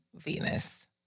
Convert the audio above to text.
Venus